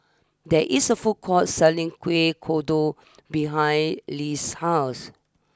there is a food court selling Kueh Kodok behind Less' house